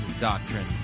doctrine